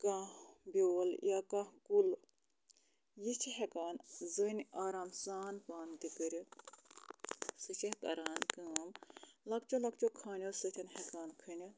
کانٛہہ بیول یا کانٛہہ کُل یہِ چھِ ہٮ۪کان زٔنۍ آرام سان پانہٕ تہِ کٔرِتھ سۄ چھِ کَران کٲم لۄکچو لۄکچو کھانیو سۭتۍ ہٮ۪کان کھٔنِتھ